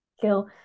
kill